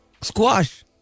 Squash